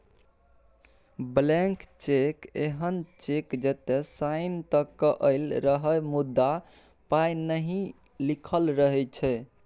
blank cheque एहन cheque जतय sign तए कएल रहय मुदा पाइ नहि लिखल रहै छै